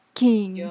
king